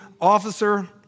officer